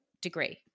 degree